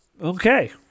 Okay